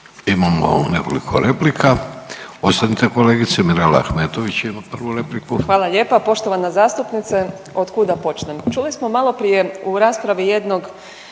Imamo nekoliko replika. Ostanite, kolegice, Mirela Ahmetović ima prvu repliku. **Ahmetović, Mirela (SDP)** Hvala lijepa. Poštovana zastupnice, od kud da počnem? Čuli smo maloprije u raspravi jednog